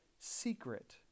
secret